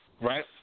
Right